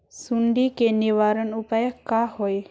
सुंडी के निवारण उपाय का होए?